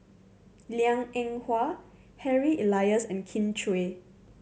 Liang Eng Hwa Harry Elias and Kin Chui